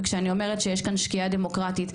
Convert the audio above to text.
וכשאני אומר שיש כאן שקיעה דמוקרטית,